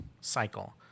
cycle